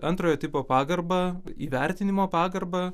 antrojo tipo pagarbą įvertinimo pagarbą